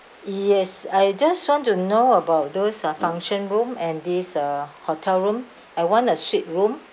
yes I just want to know about those uh function room and this uh hotel room I want a suite room